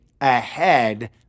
ahead